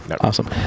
Awesome